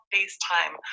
FaceTime